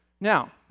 Now